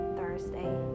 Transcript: Thursday